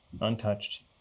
untouched